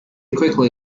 quickly